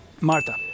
Marta